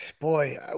boy